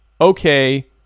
okay